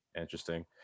Interesting